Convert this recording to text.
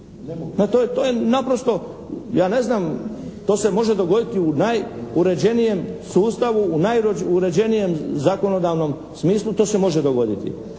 to je naprosto. Ja ne znam, to se može dogoditi u najuređenijem sustavu, u najuređenijem zakonodavnom smislu to se može dogoditi.